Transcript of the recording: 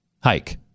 hike